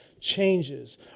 changes